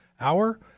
hour